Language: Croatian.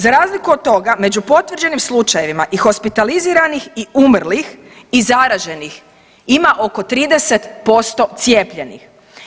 Za razliku od toga među potvrđenim slučajevima i hospitaliziranih i umrlih i zaraženih ima oko 30% cijepljenih.